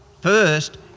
first